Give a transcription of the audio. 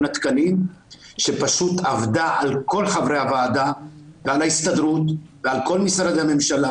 התקנים שפשוט עבדה על כל חברי הוועדה ועל ההסתדרות ועל כל משרדי הממשלה